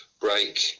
break